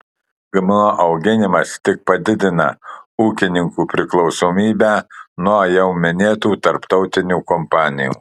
gmo auginimas tik padidina ūkininkų priklausomybę nuo jau minėtų tarptautinių kompanijų